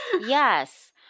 Yes